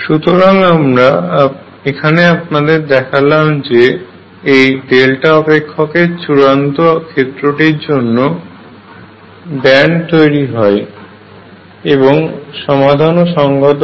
সুতরাং আমরা এখানে আপনাদের দেখালাম যে এই ডেল্টা অপেক্ষকের চূড়ান্ত ক্ষেত্রটির জন্য ব্যান্ড তৈরি হয় এবং সমাধান সংগত হয়